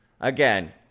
again